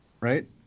right